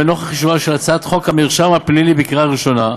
ונוכח אישורה של הצעת חוק המרשם הפלילי בקריאה ראשונה,